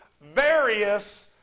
various